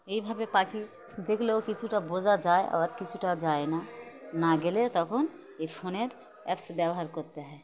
এইভাবে পাখি দেখলেও কিছুটা বোঝা যায় আবার কিছুটা যায় না না গেলে তখন এই ফোনের অ্যাপস ব্যবহার করতে হয়